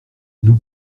nous